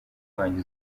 wanjye